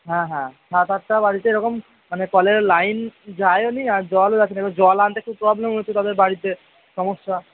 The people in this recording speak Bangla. হ্যাঁ হ্যাঁ সাত আটটা বাড়িতে এইরকম মানে কলের লাইন যায়নি জলও আসেনি এবার জল আনতে খুব প্রবলেম হচ্ছে তাদের বাড়িতে সমস্যা